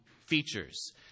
features